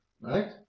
right